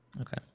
Okay